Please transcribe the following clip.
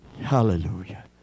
Hallelujah